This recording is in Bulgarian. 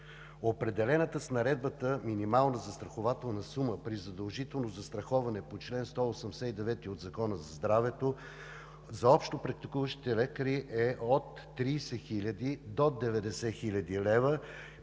Определената с Наредбата минимална застрахователна сума при задължително застраховане по чл. 189 от Закона за здравето за общопрактикуващите лекари е от 30 хиляди до 90 хил. лв.